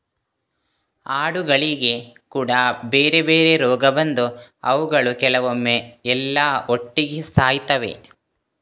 ಆಡುಗಳಿಗೆ ಕೂಡಾ ಬೇರೆ ಬೇರೆ ರೋಗ ಬಂದು ಅವುಗಳು ಕೆಲವೊಮ್ಮೆ ಎಲ್ಲಾ ಒಟ್ಟಿಗೆ ಸಾಯ್ತವೆ